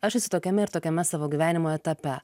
aš esu tokiame ir tokiame savo gyvenimo etape